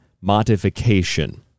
modification